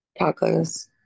Tacos